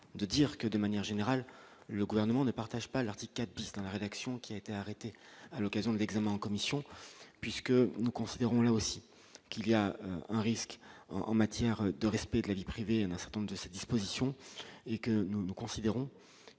de dire que de manière générale, le gouvernement ne partage pas l'article 4 de la rédaction, qui a été arrêté à l'occasion de l'examen en commission puisque nous considérons là aussi qu'il y a un risque en matière de respect de la vie privée d'un certain nombre de ces dispositions et que nous, nous considérons